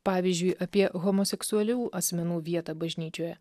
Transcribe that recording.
pavyzdžiui apie homoseksualių asmenų vietą bažnyčioje